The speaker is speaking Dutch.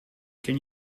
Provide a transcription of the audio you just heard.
ken